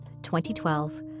2012